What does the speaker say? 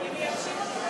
ברור שלא.